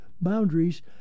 boundaries